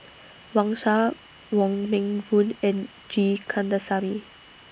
Wang Sha Wong Meng Voon and G Kandasamy